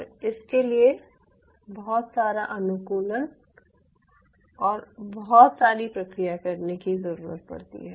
और इसके लिए बहुत सारा अनुकूलन और बहुत सारी प्रक्रिया करने की ज़रूरत पड़ती है